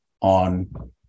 on